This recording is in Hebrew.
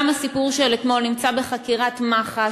גם הסיפור של אתמול נמצא בחקירת מח"ש.